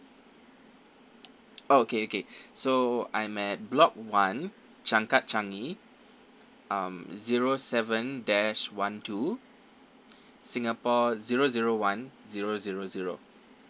oh okay okay so I'm at block one changkat changi um zero seven dash one two singapore zero zero one zero zero zero